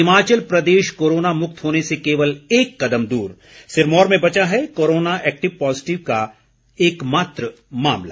Himachal Pradesh corona मुक्त होने से केवल एक कदम दूर सिरमौर में बचा है कोरोना एक्टिव पॉज़िटिव का एकमात्र मामला